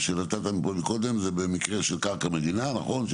שנתת פה מקודם זה במקר הלש קרקע מדינה, נכון?